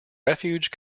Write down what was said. refuge